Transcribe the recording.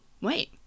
wait